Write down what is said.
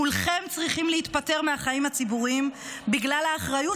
כולכם צריכים להתפטר מהחיים הציבוריים בגלל האחריות